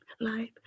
life